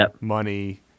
money